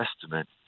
Testament